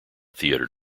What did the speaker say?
theatre